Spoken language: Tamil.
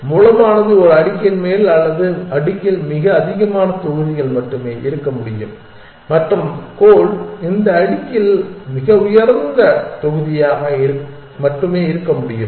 எனவே மூலமானது ஒரு அடுக்கின் மேல் அல்லது அடுக்கில் மிக அதிகமான தொகுதிகள் மட்டுமே இருக்க முடியும் மற்றும் கோல் இந்த அடுக்கில் மிக உயர்ந்த தொகுதியாக மட்டுமே இருக்க முடியும்